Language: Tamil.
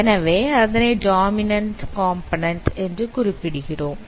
எனவே அதனை டாமின்அண்ட் காம்போநன்ண்ட் என்று குறிப்பிடுகிறோம்